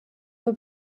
nur